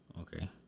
Okay